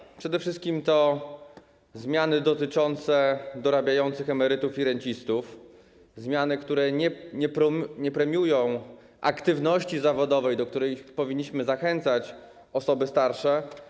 Chodzi przede wszystkim o zmiany dotyczące dorabiających emerytów i rencistów, zmiany, które nie premiują aktywności zawodowej, do której powinniśmy zachęcać osoby starsze.